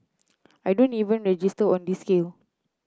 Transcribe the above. I don't even register on this scale